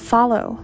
Follow